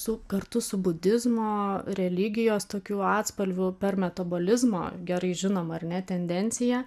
su kartu su budizmo religijos tokiu atspalviu per metabolizmo gerai žinomą ar ne tendenciją